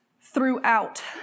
throughout